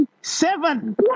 Seven